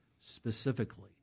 specifically